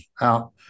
out